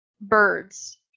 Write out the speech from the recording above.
birds